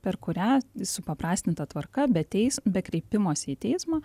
per kurią supaprastinta tvarka be teis be kreipimosi į teismą